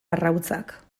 arrautzak